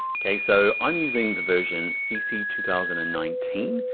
okay? so i'm using the version cc two thousand and nineteen.